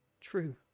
True